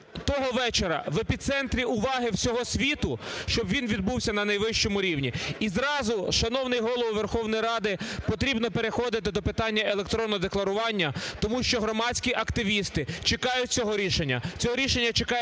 того вечора в епіцентрі уваги всього світу, щоб він відбувся на найвищому рівні. І зразу, шановний Голово Верховної Ради, потрібно переходити до питання електронного декларування, тому що громадські активісти чекають цього рішення.